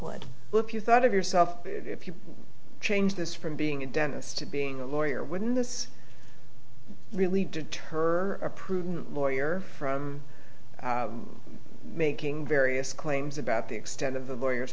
would look if you thought of yourself if you changed this from being a dentist to being a lawyer wouldn't this really deter a prudent lawyer from making various claims about the extent of the lawyers